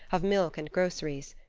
of milk and groceries.